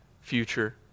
future